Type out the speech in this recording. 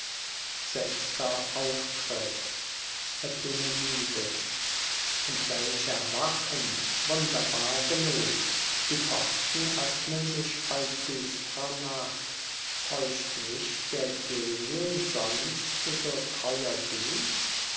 sechster auftritt epimenides und welch erwachen wunderbar genug die pforten öffnen sich bei düstrer nacht täuscht mich der genien sonst so treuer dienst